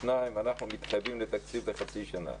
שניים, אנחנו מתחייבים לתקציב לחצי שנה.